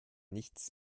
nichts